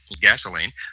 gasoline